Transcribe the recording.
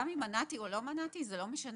גם אם מנעתי או לא מנעתי, זה לא משנה,